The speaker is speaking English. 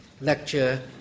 lecture